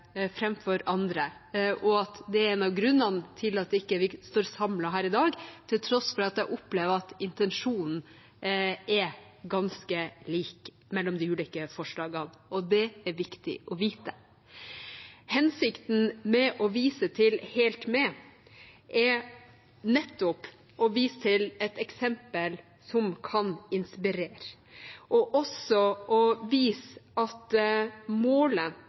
andre, og at det er en av grunnene til at vi ikke står samlet her i dag, til tross for at jeg opplever at intensjonen er ganske lik i de ulike forslagene – og det er viktig å vite. Hensikten med å vise til Helt Med, er nettopp å vise til et eksempel som kan inspirere, og også å vise at målet